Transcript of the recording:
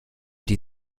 die